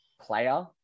player